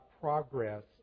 progress